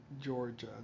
Georgia